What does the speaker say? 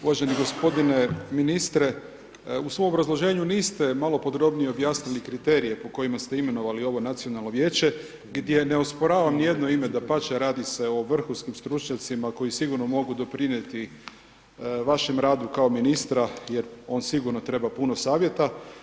Uvaženi gospodine ministre u svom obrazloženju niste malo podobnije objasnili kriterije po kojima ste imenovali ovo Nacionalno vijeće gdje ne osporavam niti jedno ime, dapače, radi se o vrhunskim stručnjacima koji sigurno mogu doprinijeti vašem radu kao ministra jer on sigurno treba puno savjeta.